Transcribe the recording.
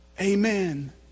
Amen